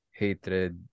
hatred